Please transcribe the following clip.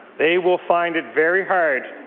they will find it very hard